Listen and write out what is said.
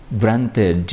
granted